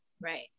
Right